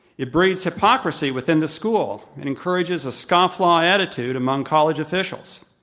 it breeds hypocrisy within the school. it encourages a scofflaw attitude among college officials.